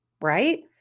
right